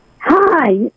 Hi